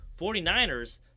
49ers